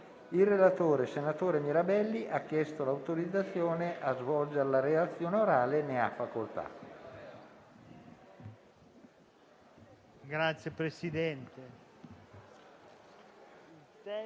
Il relatore, senatore Mirabelli, ha chiesto l'autorizzazione a svolgere la relazione orale. Non facendosi